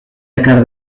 ekar